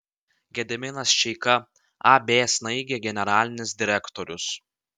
gediminas čeika ab snaigė generalinis direktorius